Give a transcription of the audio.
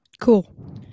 Cool